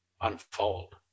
unfold